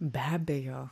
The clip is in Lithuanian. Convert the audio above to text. be abejo